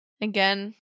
Again